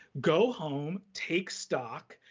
go home, take stock,